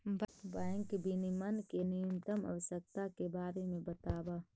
bank विनियमन के न्यूनतम आवश्यकता के बारे में बतावऽ